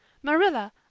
marilla,